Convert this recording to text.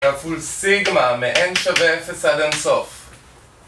כפול סיגמא מ-N שווה 0 עד אין סוף